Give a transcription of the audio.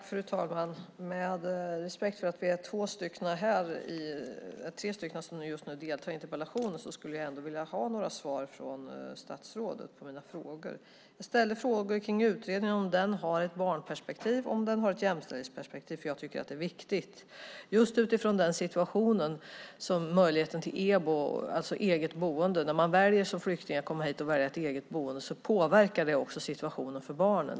Fru talman! Med respekt för att vi är tre som just nu deltar i interpellationsdebatten skulle jag ändå vilja ha några svar från statsrådet på mina frågor. Jag ställde frågor kring utredningen, om den har ett barnperspektiv, om den har ett jämställdhetsperspektiv. Jag tycker nämligen att det är viktigt just utifrån den situation som har att göra med möjligheten till EBO, alltså eget boende. När man som flykting väljer att komma hit och väljer ett eget boende påverkar det också situationen för barnen.